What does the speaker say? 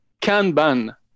Kanban